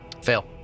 Fail